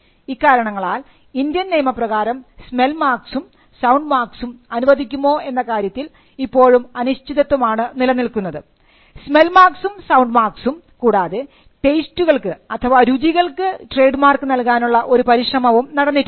ഇക്കാരണങ്ങളാൽ Indian നിയമപ്രകാരം smell മാർക്സും sound മാർക്സും അനുവദിക്കുമോ എന്ന കാര്യത്തിൽ ഇപ്പോഴും അനിശ്ചിതത്വമാണ് നിലനിൽക്കുന്നത് സ്മെൽ മാർക്സും സൌണ്ട് മാർക്സും കൂടാതെ ടേസ്റ്റുകൾക്ക് അഥവാ രുചികൾക്ക് ട്രേഡ് മാർക്ക് നൽകാനുള്ള ഒരു പരിശ്രമവും നടന്നിട്ടുണ്ട്